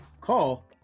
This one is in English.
Call